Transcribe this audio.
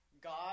God